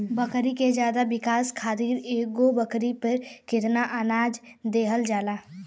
बकरी के ज्यादा विकास खातिर एगो बकरी पे कितना अनाज देहल जाला?